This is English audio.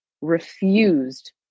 refused